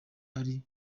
ari